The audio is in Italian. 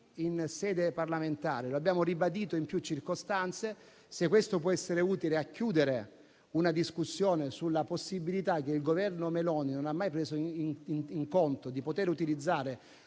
in sede parlamentare e come abbiamo ribadito in più circostanze, se può essere utile a chiudere una discussione sulla possibilità che il Governo Meloni abbia preso in considerazione